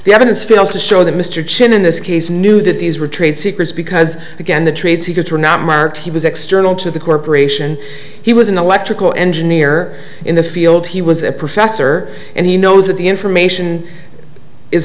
the evidence fails to show that mr chen in this case knew that these were trade secrets because again the trade secrets were not mark he was external to the corporation he was an electrical engineer in the field he was a professor and he knows that the information is